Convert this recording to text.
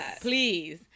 please